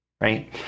right